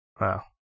Wow